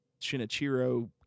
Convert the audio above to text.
Shinichiro